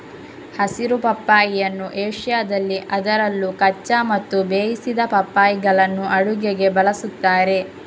ಹಸಿರು ಪಪ್ಪಾಯಿಯನ್ನು ಏಷ್ಯಾದಲ್ಲಿ ಅದರಲ್ಲೂ ಕಚ್ಚಾ ಮತ್ತು ಬೇಯಿಸಿದ ಪಪ್ಪಾಯಿಗಳನ್ನು ಅಡುಗೆಗೆ ಬಳಸುತ್ತಾರೆ